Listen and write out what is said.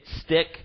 stick